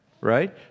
right